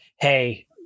hey